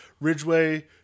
Ridgeway